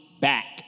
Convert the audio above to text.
back